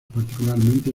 particularmente